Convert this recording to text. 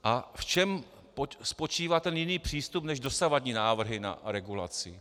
V čem spočívá ten jiný přístup než dosavadní návrhy na regulaci?